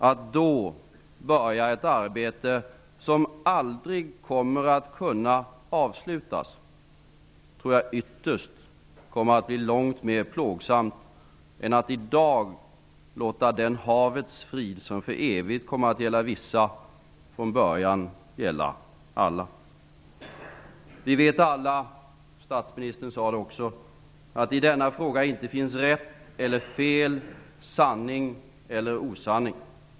Att då börja ett arbete som aldrig kommer att kunna avslutas tror jag ytterst kommer att bli långt mer plågsamt än att i dag låta den havets frid som för evigt kommer att gälla vissa från början gälla alla. Vi vet alla - statsministern sade det också - att i denna fråga inte finns rätt eller fel, sanning eller osanning.